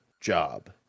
job